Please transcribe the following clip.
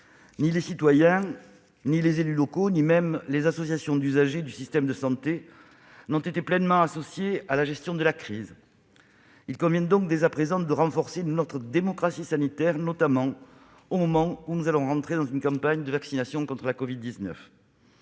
Ni les citoyens, ni les élus locaux, ni même les associations d'usagers du système de santé n'ont été pleinement associés à la gestion de la crise. Il convient donc, dès à présent, de renforcer notre démocratie sanitaire, notamment au moment où nous allons entrer dans une campagne de vaccination contre la covid-19.